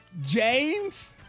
James